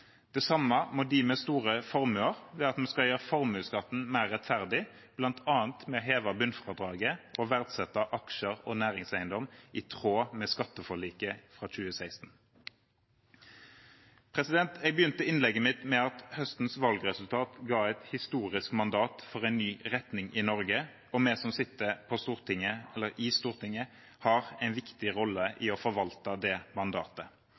Det samme må de med store formuer, ved at vi skal gjøre formuesskatten mer rettferdig, bl.a. ved å heve bunnfradraget og verdsette aksjer og næringseiendom i tråd med skatteforliket fra 2016. Jeg begynte innlegget mitt med at høstens valgresultat ga et historisk mandat for en ny retning i Norge. Vi som sitter i Stortinget, har en viktig rolle i å forvalte det mandatet.